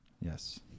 yes